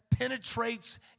Penetrates